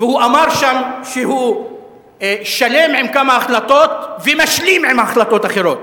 והוא אמר שם שהוא שלם עם כמה החלטות ומשלים עם החלטות אחרות.